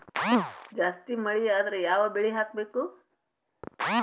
ಜಾಸ್ತಿ ಮಳಿ ಆದ್ರ ಯಾವ ಬೆಳಿ ಹಾಕಬೇಕು?